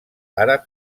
àrab